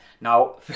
Now